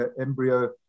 embryo